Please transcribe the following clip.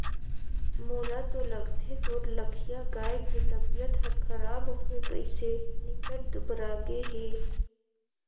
मोला तो लगथे तोर लखिया गाय के तबियत हर खराब होये गइसे निच्च्ट दुबरागे हे